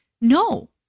no